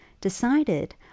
decided